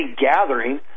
gathering